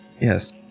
Yes